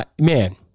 man